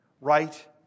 right